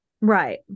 right